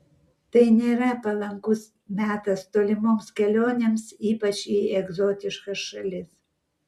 tai nėra palankus metas tolimoms kelionėms ypač į egzotiškas šalis